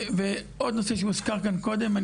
עוד נושא שהוזכר כאן קודם,